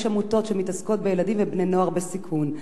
עמותות שמתעסקות בילדים ובני-נוער בסיכון,